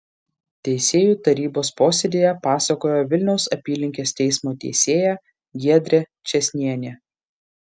teisėjų tarybos posėdyje pasakojo vilniaus apylinkės teismo teisėja giedrė čėsnienė